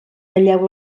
talleu